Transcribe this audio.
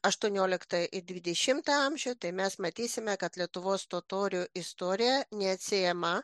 aštuonioliktą ir dvidešimtą amžių tai mes matysime kad lietuvos totorių istorija neatsiejama